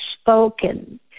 spoken